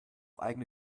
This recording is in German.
eigene